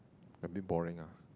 a bit boring ah